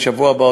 בשבוע הבא,